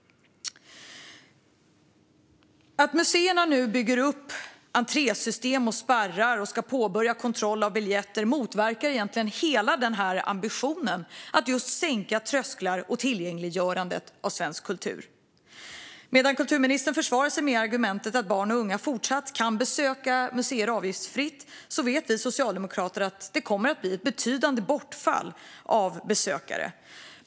Att museerna nu bygger upp entrésystem och spärrar och ska påbörja kontroll av biljetter motverkar hela ambitionen att sänka trösklar och tillgängliggöra svensk kultur. Medan kulturministern försvarar sig med argumentet att barn och unga även fortsättningsvis kan besöka museer avgiftsfritt vet vi socialdemokrater att det kommer att bli ett betydande bortfall av besökare.